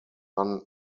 van